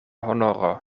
honoro